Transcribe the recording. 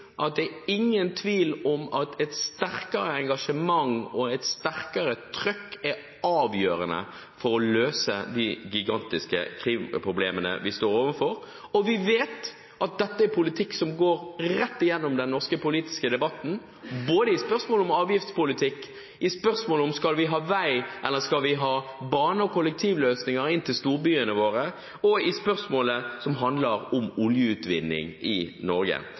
at det er ingen tvil om at et sterkere engasjement og et sterkere trykk er avgjørende for å løse de gigantiske klimaproblemene vi står overfor. Vi vet at dette er politikk som går rett gjennom den norske politiske debatten, både i spørsmålet om avgiftspolitikk, i spørsmålet om vi skal ha vei eller bane og kollektivløsninger inn til storbyene våre, og i spørsmålet som handler om oljeutvinning i Norge.